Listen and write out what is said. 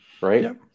right